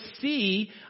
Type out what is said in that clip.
see